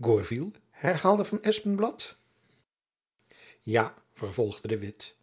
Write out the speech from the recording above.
gourville herhaalde van espenblad ja vervolgde de witt